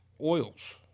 oils